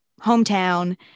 hometown